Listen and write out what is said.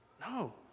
No